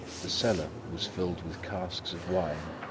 the cellar was filled with casks of wine,